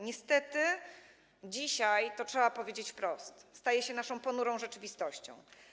Niestety dzisiaj - to trzeba powiedzieć wprost - staje się naszą ponurą rzeczywistością.